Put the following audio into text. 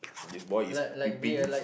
this boy is peeping